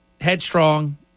headstrong